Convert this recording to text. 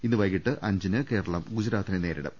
ഇന്നു വൈകിട്ട് അഞ്ചിന് കേരളം ഗുജറാ ത്തിനെ നേരിടും